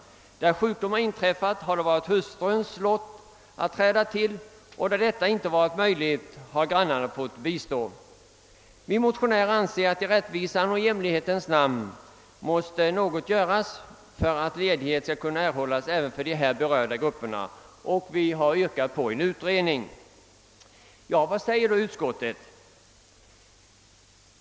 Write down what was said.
När sjukdom har inträffat har det varit hustruns lott att träda till, och där detta inte varit möjligt har grannar fått bistå. Vi motionärer anser att i rättvisans och jämlikhetens namn något måste göras för att även de här berörda grupperna skall kunna erhålla ledighet och vi har därför anhållit om en utredning. Vad säger då utskottet?